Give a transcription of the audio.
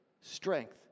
strength